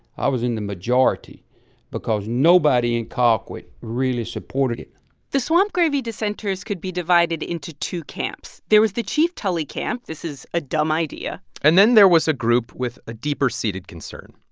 i was in the majority because nobody in colquitt really supported it the swamp gravy dissenters could be divided into two camps. there was the chief tully camp this is a dumb idea and then there was a group with a deeper-seated concern.